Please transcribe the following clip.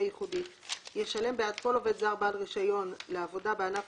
יחודית ישלם בעד כל עובד זר בעל רישיון לעבודה בענף